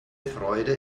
freude